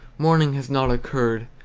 morning has not occurred!